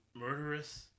murderous